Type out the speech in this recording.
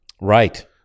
Right